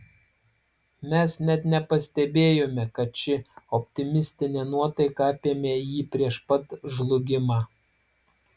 mes net nepastebėjome kad ši optimistinė nuotaika apėmė jį prieš pat žlugimą